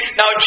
now